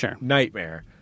nightmare